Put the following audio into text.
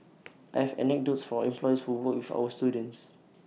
I have anecdotes from employers who work with our students